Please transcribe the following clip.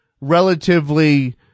relatively